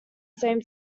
same